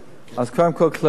קודם כול כללית.